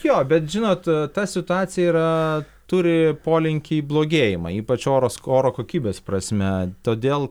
jo bet žinot ta situacija yra turi polinkį į blogėjimą ypač oras oro kokybės prasme todėl